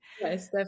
yes